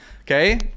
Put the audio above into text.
okay